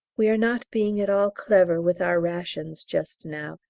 we are not being at all clever with our rations just now,